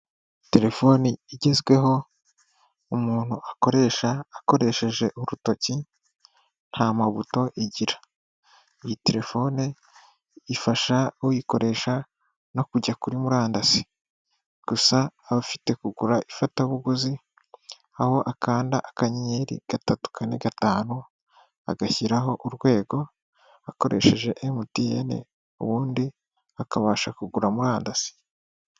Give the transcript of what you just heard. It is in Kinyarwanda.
Telefoni igezweho umuntu akoresha akoresheje urutoki nta mabuto igira. Iyi telefone ifasha uyikoresha no kujya kuri murandasi, gusa abafite kugura ifatabuguzi aho akanda akanyeri gatatu kane gatanu, agashyiraho urwego akoresheje emutiyene ubundi akabasha kugura murandasi.